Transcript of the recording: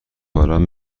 باران